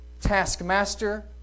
taskmaster